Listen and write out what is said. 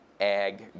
ag